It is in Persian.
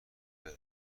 بره